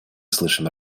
слышим